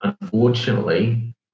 unfortunately